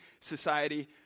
society